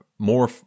more